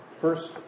first